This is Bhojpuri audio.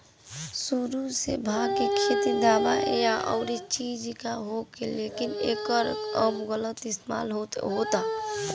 सुरु से भाँग के खेती दावा या अउरी चीज ला होखे, लेकिन एकर अब गलत इस्तेमाल होता